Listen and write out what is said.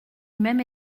même